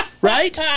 Right